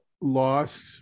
lost